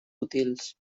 útils